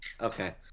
Okay